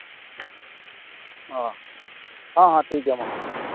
ᱚᱸᱻ ᱦᱮᱸ ᱦᱮᱸ ᱴᱷᱤᱠᱜᱮᱭᱟ ᱢᱟ